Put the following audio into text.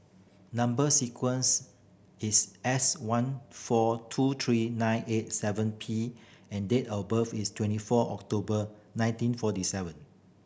number sequence is S one four two three nine eight seven P and date of birth is twenty four October nineteen forty seven